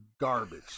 garbage